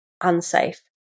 unsafe